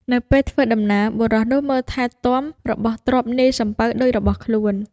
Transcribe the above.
នៅពេលធ្វើដំណើរ បុរសនោះមើលថែទាំរបស់ទ្រព្យនាយសំពៅដូចរបស់ខ្លួន។